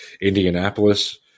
Indianapolis